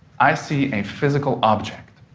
i see a physical object